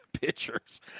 pitchers